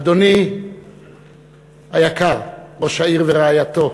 אדוני היקר ראש העיר ורעייתו,